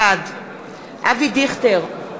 בעד אבי דיכטר,